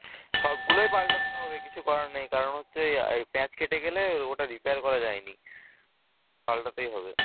সবগুলোই পাল্টাতে তো হবে কিছু করার নেই কারণ হচ্ছে এই এই প্যাঁচ কেটে গেলে ওটা রিপেয়ার করা যায় নি পাল্টাতেই হবে